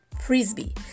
frisbee